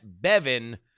Bevin